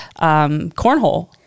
cornhole